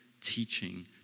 teaching